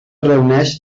reuneix